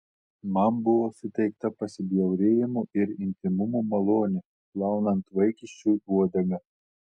man buvo suteikta pasibjaurėjimo ir intymumo malonė plaunant vaikiščiui uodegą